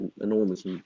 enormous